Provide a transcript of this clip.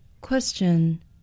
Question